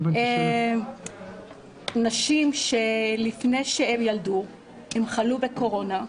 נשים שלפני שהן ילדו חלו בקורונה,